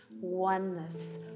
Oneness